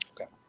Okay